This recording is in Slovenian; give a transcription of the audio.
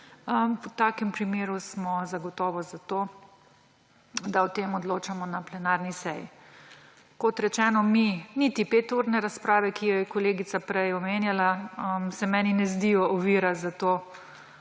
v takem primeru smo zagotovo za to, da o tem odločamo na plenarni seji. Kot rečeno, mi niti peturne razprave, kar je prej kolegica omenjala, se meni ne zdijo ovira za to,